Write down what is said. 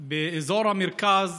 באזור המרכז